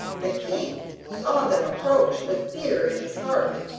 the king saw them approach with fear in his heart,